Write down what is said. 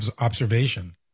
observation